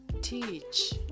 teach